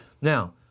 Now